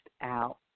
out